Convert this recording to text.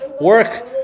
work